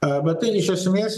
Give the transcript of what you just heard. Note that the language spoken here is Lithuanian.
arba tai iš esmės